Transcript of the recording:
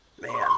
Man